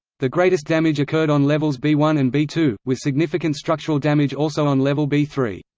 the greatest damage occurred on levels b one and b two, with significant structural damage also on level b three.